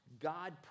God